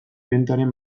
bentaren